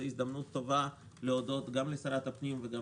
זה הזדמנות טובה להודות גם לשרת הפנים וגם